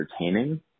entertaining